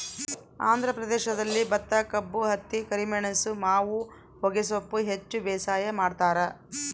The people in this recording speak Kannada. ಆಂಧ್ರ ಪ್ರದೇಶದಲ್ಲಿ ಭತ್ತಕಬ್ಬು ಹತ್ತಿ ಕರಿಮೆಣಸು ಮಾವು ಹೊಗೆಸೊಪ್ಪು ಹೆಚ್ಚು ಬೇಸಾಯ ಮಾಡ್ತಾರ